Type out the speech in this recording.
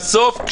בסוף,